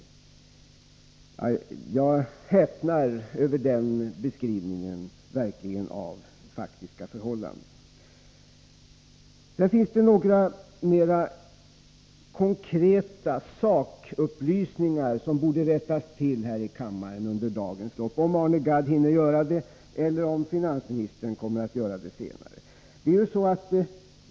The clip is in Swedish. Jag häpnar verkligen över den beskrivningen av faktiska förhållanden. Sedan finns det några mer konkreta sakupplysningar som borde rättas till här i kammaren under dagens lopp — jag vet inte om Arne Gadd hinner göra det eller om finansministern kommer att göra det senare.